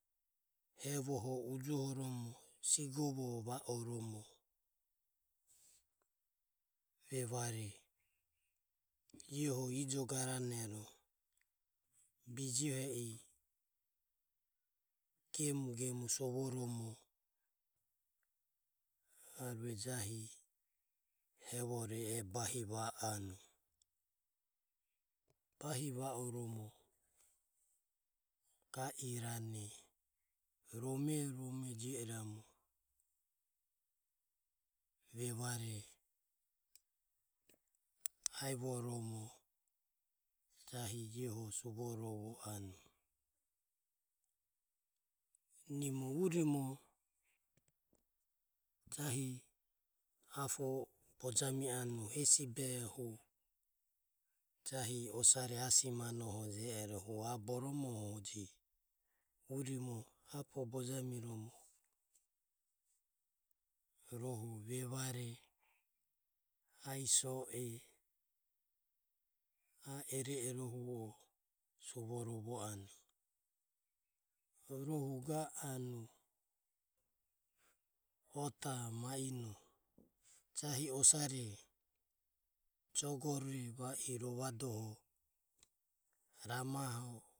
Hevoho ujohoromo sigovo va oromo vevare ieho ijo garenero bijohe i gemu gemu sovoromo arue jahi hevore bahi va anue, bahi va oromo ga irane romorome jio iramu vevare aivoromo jahi iaeho suvorovo anue. Nimo urimo jahi apo bojami anue hesi behoho hu jahi osare ae simanoho hu je ero. Apo bojamiromo rohu vevare ae so e ae iroirohu o suvorovo anue. Ga anue ota maino jahi osare jogore va irovadoho ramaho.